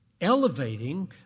elevating